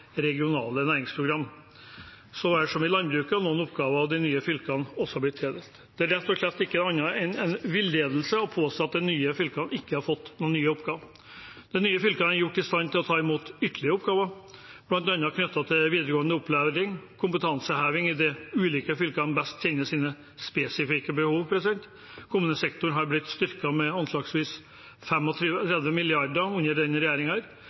næringsprogram for landbruket – og noen oppgaver i de nye fylkene har også blitt til der. Det er rett og slett ikke annet enn villedelse å påstå at de nye fylkene ikke har fått noen nye oppgaver. De nye fylkene er gjort i stand til å ta imot ytterligere oppgaver, bl.a. knyttet til videregående opplæring, kompetanseheving, da de ulike fylkene best kjenner sine spesifikke behov. Kommunesektoren er blitt styrket med anslagsvis 25–30 mrd. kr under denne